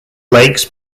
lakes